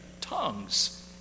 Tongues